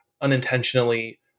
unintentionally